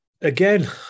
again